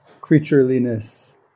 creatureliness